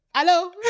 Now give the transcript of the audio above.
Hello